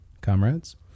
comrades